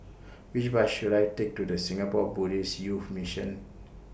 Which Bus should I Take to The Singapore Buddhist Youth Mission